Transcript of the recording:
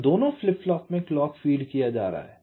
तो दोनों flip flop में क्लॉक फीड किया जा रहा है